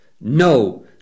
no